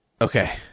Okay